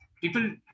People